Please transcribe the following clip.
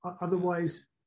otherwise